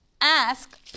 Ask